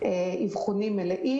אבחונים מלאים.